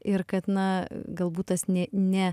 ir kad na galbūt tas nė nė